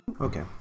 Okay